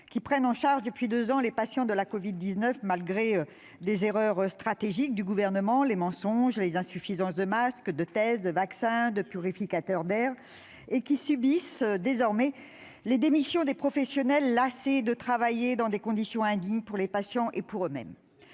qui prennent en charge depuis deux ans les patients de la covid-19 malgré les erreurs stratégiques du Gouvernement, les mensonges, les insuffisances de masques, de tests, de vaccins, de purificateurs d'air, ... Eh oui !... Et qui subissent désormais les démissions des professionnels lassés de travailler dans des conditions indignes pour les patients et pour eux-mêmes.